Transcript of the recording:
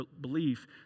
belief